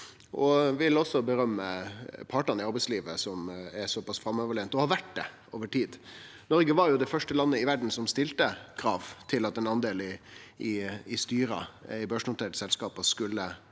eg vil rose partane i arbeidslivet, som er såpass framoverlente og har vore det over tid. Noreg var det første landet i verda som stilte krav til ein andel i styra i børsnoterte selskap av